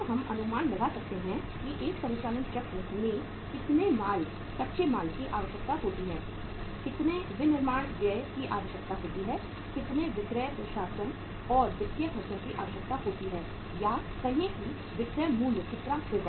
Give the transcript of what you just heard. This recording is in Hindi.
तब हम अनुमान लगा सकते हैं कि एक परिचालन चक्र में कितने कच्चे माल की आवश्यकता होती है कितने विनिर्माण व्यय की आवश्यकता होती है कितने विक्रय प्रशासन और वित्तीय खर्चों की आवश्यकता होती है या कहें कि विक्रय मूल्य कितना होगा